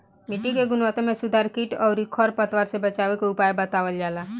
मिट्टी के गुणवत्ता में सुधार कीट अउरी खर पतवार से बचावे के उपाय बतावल जाला